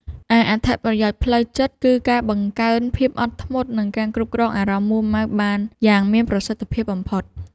ឯអត្ថប្រយោជន៍ផ្លូវចិត្ត គឺការបង្កើនភាពអត់ធ្មត់ និងការគ្រប់គ្រងអារម្មណ៍មួរម៉ៅបានយ៉ាងមានប្រសិទ្ធភាពបំផុត។